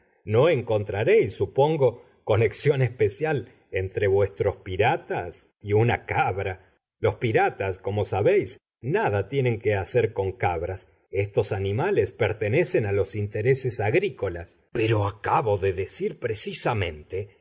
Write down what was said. no encontraréis supongo conexión especial entre vuestros piratas y una cabra los piratas como sabéis nada tienen que hacer con cabras estos animales pertenecen a los intereses agrícolas pero acabo de decir precisamente